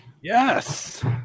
Yes